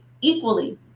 equally